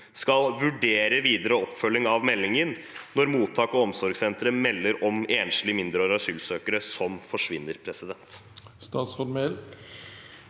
skal vurdere videre oppfølging av meldingen når mottak og omsorgssentre melder om enslige mindreårige asylsøkere som forsvinner? Statsråd